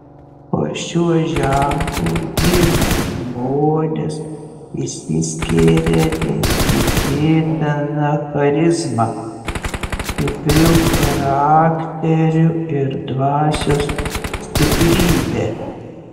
po šiuo ženklu gimę žmonės išsiskiria neįtikėtina charizma stipriu charakteriu ir dvasios stiprybe